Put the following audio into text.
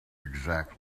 exact